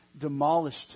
demolished